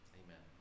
amen